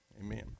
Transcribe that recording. Amen